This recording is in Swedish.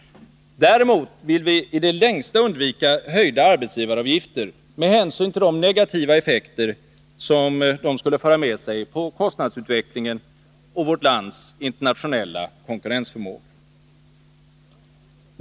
Däremot vill vi i det längsta undvika höjda arbetsgivaravgifter med hänsyn till de negativa effekter som de skulle föra med sig på kostnadsutvecklingen och vårt lands internationella konkurrensförmåga.